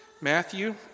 Matthew